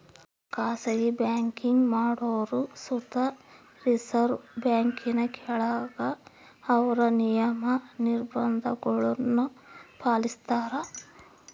ಖಾಸಗಿ ಬ್ಯಾಂಕಿಂಗ್ ಮಾಡೋರು ಸುತ ರಿಸರ್ವ್ ಬ್ಯಾಂಕಿನ ಕೆಳಗ ಅವ್ರ ನಿಯಮ, ನಿರ್ಭಂಧಗುಳ್ನ ಪಾಲಿಸ್ತಾರ